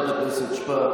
חברת הכנסת שפק,